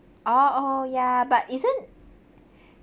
oh oh ya but isn't